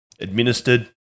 administered